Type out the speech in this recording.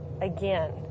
again